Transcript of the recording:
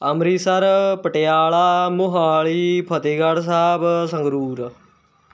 Amritsar Patiala Mohali Fatehgarh Sahib Sangrur